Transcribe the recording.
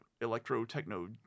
electro-techno